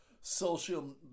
social